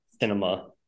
cinema